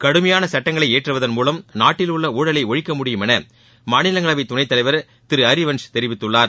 கடுமையான சட்டங்களை இயற்றுவதன் மூலம் நாட்டில் உள்ள ஊழலை ஒழிக்க முடியும் என மாநிலங்களை துணைத் தலைவர் திரு ஹரிவன்ஸ் தெரிவித்துள்ளார்